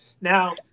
Now